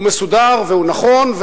הוא מסודר והוא נכון,